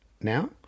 now